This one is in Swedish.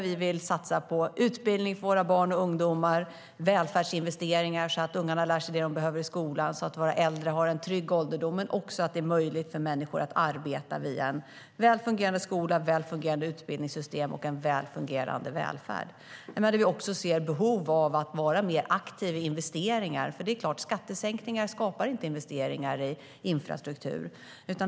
Vi vill satsa på utbildning för våra barn och ungdomar, välfärdsinvesteringar så att ungarna lär sig det de behöver i skolan, så att våra äldre får en trygg ålderdom, så att det också blir möjligt för människor att arbeta med hjälp av en väl fungerande skola, ett väl fungerande utbildningssystem och en väl fungerande välfärd. Vi ser behov av att vara mer aktiva i investeringar. Skattesänkningar skapar inte investeringar i infrastruktur.